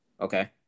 okay